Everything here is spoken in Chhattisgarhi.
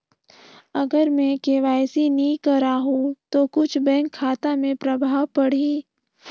अगर मे के.वाई.सी नी कराहू तो कुछ बैंक खाता मे प्रभाव पढ़ी?